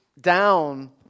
down